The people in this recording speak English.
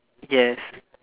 yes